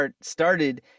started